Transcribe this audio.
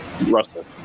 Russell